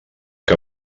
que